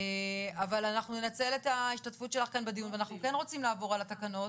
אבל אנחנו ננצל את ההשתתפות שלך בדיון ואנחנו כן רוצים לעבור על התקנות